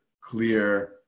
clear